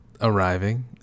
arriving